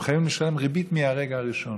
הם חייבים ריבית מהרגע הראשון,